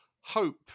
hope